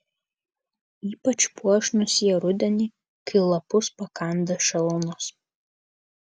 ypač puošnūs jie rudenį kai lapus pakanda šalnos